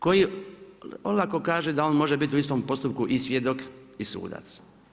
Koji olako kaže da on može biti u istom postupku i svjedok i sudac.